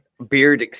Beard